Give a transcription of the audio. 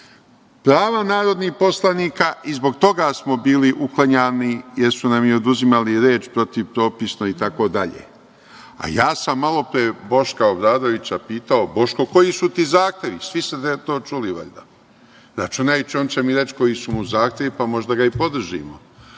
prava narodnih poslanika i zbog toga smo bili uklanjani, jer su nam oduzimali reč protivpropisno itd. Malopre sam Boška Obradovića pitao – Boško, koji su ti zahtev? Svi su to čuli valjda, računajući on će mi reći koji su mu zahtevi, pa možda ga i podržimo,